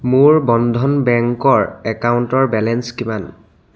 মোৰ বন্ধন বেংকৰ একাউণ্টৰ বেলেঞ্চ কিমান